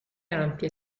ampie